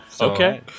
Okay